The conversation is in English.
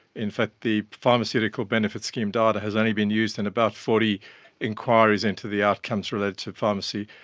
in fact the pharmaceutical benefits scheme data has only been used in about forty enquiries into the outcomes related to pharmacy.